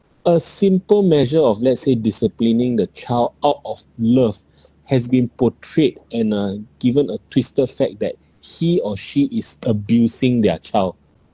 a simple measure of let's say disciplining the child out of love has been portrayed and uh given a twisted fact that he or she is abusing their child